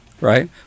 right